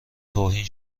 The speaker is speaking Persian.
توهین